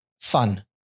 fun